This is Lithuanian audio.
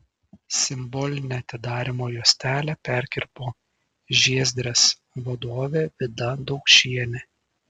simbolinę atidarymo juostelę perkirpo žiezdrės vadovė vida daukšienė